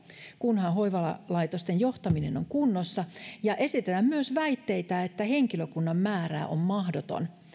kunhan hoivalaitosten johtaminen on kunnossa ja esitetään myös väitteitä että henkilökunnan määrää on mahdoton